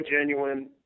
genuine